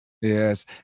Yes